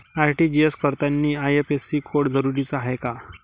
RTGS करतांनी IFSC code जरुरीचा हाय का?